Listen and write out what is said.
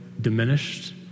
diminished